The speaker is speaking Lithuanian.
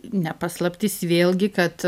ne paslaptis vėlgi kad